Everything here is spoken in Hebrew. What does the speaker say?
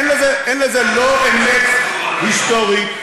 אין בזה לא אמת היסטורית,